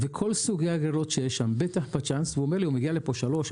הוא מגיע לפה שלוש,